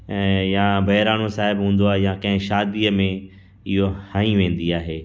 ऐं या बहिराणो साहिब हूंदो आहे या कंहिं शादीअ में इहो हंई वेंदी आहे